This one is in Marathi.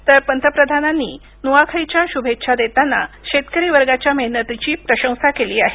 तर पंतप्रधानांनी नुआखाईच्या शुभेच्छा देताना शेतकरी वर्गाच्या मेहनतीची प्रशंसा केली आहे